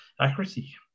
accuracy